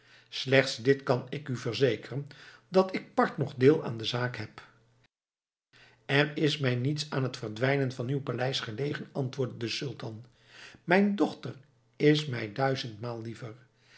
slechts dit kan ik u verzekeren dat ik part noch deel aan de zaak heb er is mij niets aan het verdwijnen van uw paleis gelegen antwoordde de sultan mijn dochter is mij duizendmaal liever